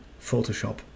Photoshop